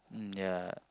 mm ya